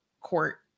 court